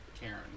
Karen